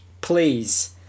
please